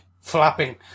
flapping